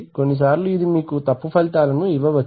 కొన్నిసార్లు ఇది మీకు తప్పు ఫలితాలను ఇవ్వవచ్చు